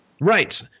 Right